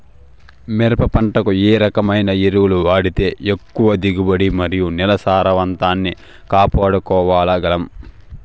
మిరప పంట కు ఏ రకమైన ఎరువులు వాడితే ఎక్కువగా దిగుబడి మరియు నేల సారవంతాన్ని కాపాడుకోవాల్ల గలం?